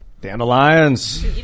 Dandelions